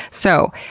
so,